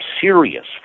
serious